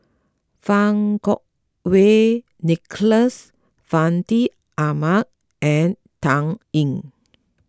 Fang Kuo Wei Nicholas Fandi Ahmad and Dan Ying